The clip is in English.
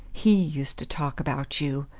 he used to talk about you!